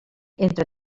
entre